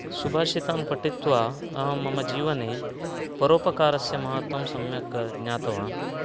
सुभाषितान् पठित्वा अहं मम जीवने परोपकारस्य महत्वं सम्यक् ज्ञातवान्